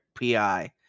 PI